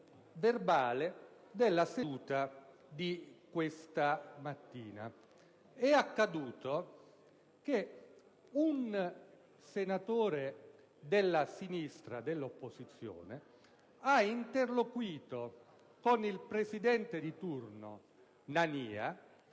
della seduta di questa mattina. È accaduto che un senatore della sinistra, dell'opposizione, abbia interloquito con il presidente di turno Nania,